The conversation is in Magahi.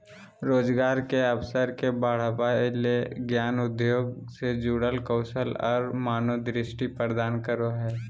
रोजगार के अवसर के बढ़ावय ले ज्ञान उद्योग से जुड़ल कौशल और मनोदृष्टि प्रदान करो हइ